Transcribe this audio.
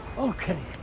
okay.